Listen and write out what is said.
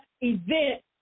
event